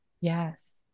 Yes